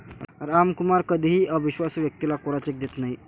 रामकुमार कधीही अविश्वासू व्यक्तीला कोरा चेक देत नाही